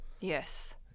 Yes